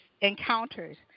encounters